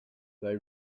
they